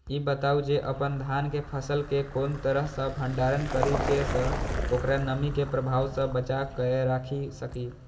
ई बताऊ जे अपन धान के फसल केय कोन तरह सं भंडारण करि जेय सं ओकरा नमी के प्रभाव सं बचा कय राखि सकी?